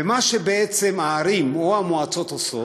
ומה שבעצם הערים או המועצות עושות,